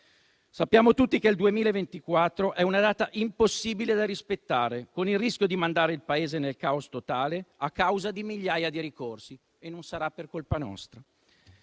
Sappiamo tutti che il 2024 è una data impossibile da rispettare, con il rischio di mandare il Paese nel caos totale a causa di migliaia di ricorsi; e non sarà per colpa nostra.